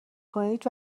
کنید